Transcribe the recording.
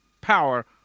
power